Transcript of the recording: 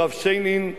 הרב שיינין,